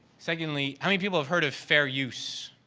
secondly, how many people have heard of fair use?